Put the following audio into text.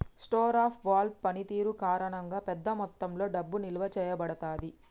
store of value పనితీరు కారణంగా, పెద్ద మొత్తంలో డబ్బు నిల్వ చేయబడతాది